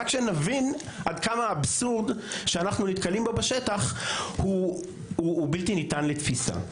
רק שנבין עד כמה האבסורד שאנחנו נתקלים בו בשטח הוא בלתי ניתן לתפיסה.